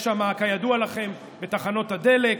יש שם, כידוע לכם, בתחנות הדלק,